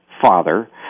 father